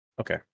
Okay